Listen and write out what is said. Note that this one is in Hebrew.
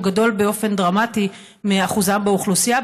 הוא גדול באופן דרמטי מאחוזם באוכלוסייה,